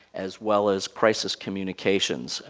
as well as crisis communication.